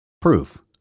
Proof